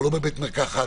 אנחנו לא בבית מרקחת.